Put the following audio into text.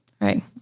right